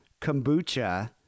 kombucha